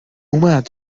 اومد